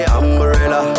umbrella